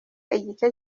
igice